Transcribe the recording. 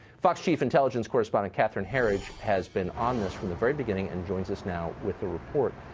fox chief intelligence correspondent catherine herridge has been on this from the very beginning and joins us now with a report.